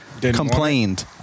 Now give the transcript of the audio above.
complained